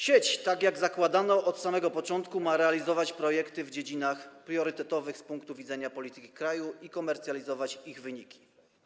Sieć, tak jak zakładano, od samego początku ma realizować projekty w dziedzinach priorytetowych z punktu widzenia polityki kraju i komercjalizować ich wyniki.